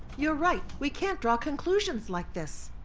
you're right. we can't draw conclusions like this.